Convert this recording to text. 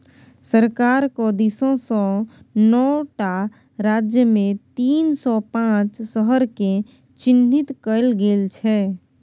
सरकारक दिससँ नौ टा राज्यमे तीन सौ पांच शहरकेँ चिह्नित कएल गेल छै